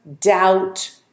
doubt